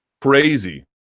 Crazy